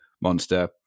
monster